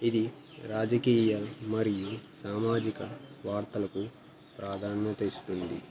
ఇది రాజకీయ మరియు సామాజిక వార్తలకు ప్రాధాన్యత ఇస్తుంది